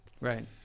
Right